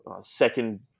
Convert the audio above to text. Second